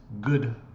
good